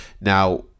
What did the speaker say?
now